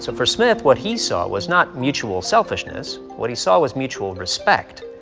so for smith, what he saw was not mutual selfishness. what he saw was mutual respect,